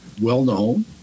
well-known